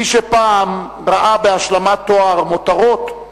מי שפעם ראה בהשלמת תואר מותרות,